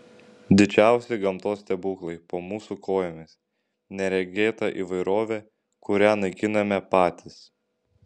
didžiausi gamtos stebuklai po mūsų kojomis neregėta įvairovė kurią naikiname patys